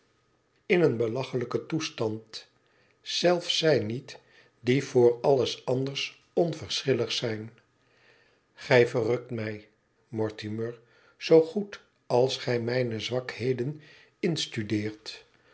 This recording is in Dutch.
in een belachelijken toestand zelfs zij niet die voor alles anders onverschillig zijn gij verrukt mij mortimer zoo goed als gij mijne zwakheden in studeert